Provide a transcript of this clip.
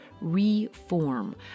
reform